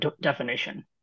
definition